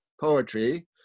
poetry